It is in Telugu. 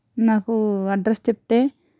నాకు అడ్రస్ చెప్తే